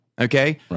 okay